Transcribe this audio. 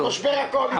בגלל המשבר הקואליציוני.